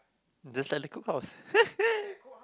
the Celical clause